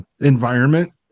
environment